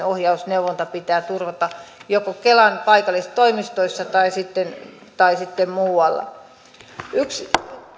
ohjaus neuvonta pitää turvata joko kelan paikallistoimistoissa tai sitten tai sitten muualla